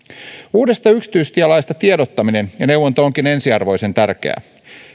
uudesta yksityistielaista tiedottaminen ja neuvonta onkin ensiarvoisen tärkeää